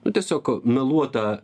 nu tiesiog meluota